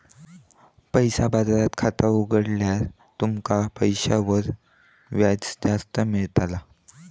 पैसा बाजारात खाता उघडल्यार तुमका पैशांवर व्याज जास्ती मेळताला